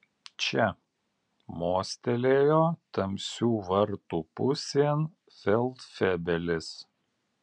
čia mostelėjo tamsių vartų pusėn feldfebelis